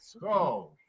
Go